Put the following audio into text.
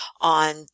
on